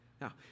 Now